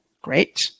great